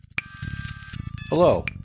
Hello